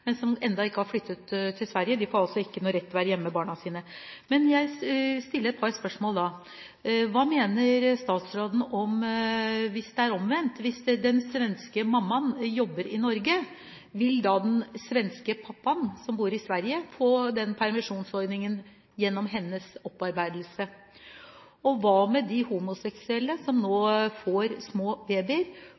men som ennå ikke har flyttet til Sverige. De får altså ingen rett til å være hjemme med barna sine. Jeg vil stille et par spørsmål: Hva mener statsråden hvis det er omvendt, nemlig at den svenske mammaen jobber i Norge: Vil da den svenske pappaen, som bor i Sverige, få den permisjonsordningen gjennom hennes opparbeidelse? Og hva med de homoseksuelle som får